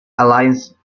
alliance